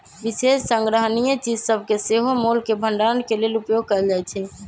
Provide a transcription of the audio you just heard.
विशेष संग्रहणीय चीज सभके सेहो मोल के भंडारण के लेल उपयोग कएल जाइ छइ